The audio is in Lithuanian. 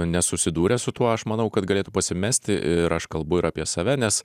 nesusidūrę su tuo aš manau kad galėtų pasimesti ir aš kalbu ir apie save nes